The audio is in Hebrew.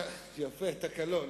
יפה: תקלון.